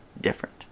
different